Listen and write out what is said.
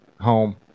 home